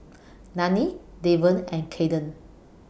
Dannie Devon and Caden